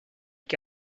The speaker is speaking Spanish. que